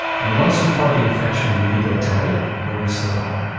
and once you fought the infection you either died or you survived.